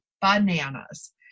bananas